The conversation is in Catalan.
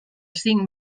cinc